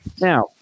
Now